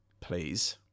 please